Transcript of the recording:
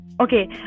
okay